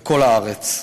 בכל הארץ.